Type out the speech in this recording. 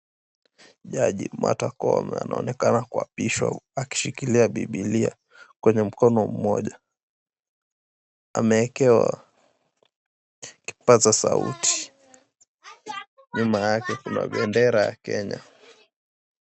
Jaji Martha Koome anaonekana kuapishwa huku akishikilia Bibilia kwenye mkono moja. Ameekewa kipaza sauti. Nyuma yake kuna bendera ya Kenya.